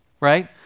right